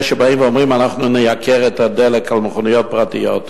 שבאים ואומרים: אנחנו נייקר את הדלק למכוניות פרטיות?